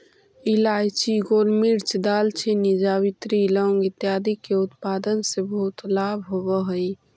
इलायची, गोलमिर्च, दालचीनी, जावित्री, लौंग इत्यादि के उत्पादन से बहुत लाभ होवअ हई